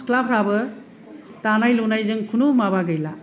सिख्लाफ्राबो दानाय लुनायजों खुनु माबा गैला